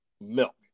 milk